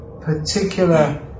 particular